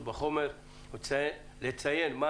בחומר של נציג מועצת התלמידים הארצית.